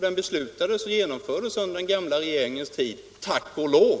Den beslutades under den gamla regeringens tid — tack och lov!